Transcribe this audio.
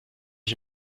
ich